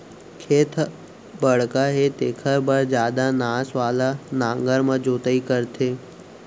खेत ह बड़का हे तेखर बर जादा नास वाला नांगर म जोतई करथे